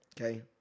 Okay